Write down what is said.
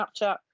Snapchat